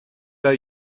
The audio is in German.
der